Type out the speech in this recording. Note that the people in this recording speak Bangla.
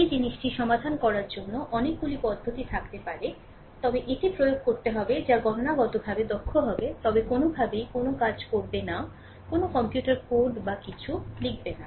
এই জিনিসটি সমাধান করার জন্য অনেকগুলি পদ্ধতি থাকতে পারে তবে এটি প্রয়োগ করতে হবে যা গণনাগতভাবে দক্ষ হবে তবে কোনওভাবেই কোনও কাজ করবে না কোনও কম্পিউটার কোড বা কিছু লিখবে না